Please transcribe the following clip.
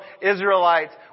Israelites